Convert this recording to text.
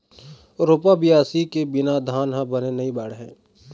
रोपा, बियासी के बिना धान ह बने नी बाढ़य